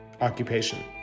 occupation